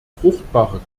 fruchtbare